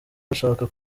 ashaka